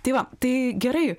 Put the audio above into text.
tai va tai gerai